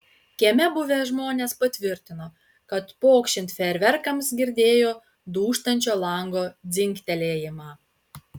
kieme buvę žmonės patvirtino kad pokšint fejerverkams girdėjo dūžtančio lango dzingtelėjimą